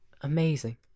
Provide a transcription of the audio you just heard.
amazing